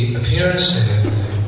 appearance